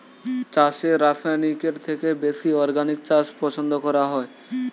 চাষে রাসায়নিকের থেকে বেশি অর্গানিক চাষ পছন্দ করা হয়